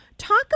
Talk